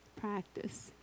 practice